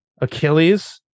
Achilles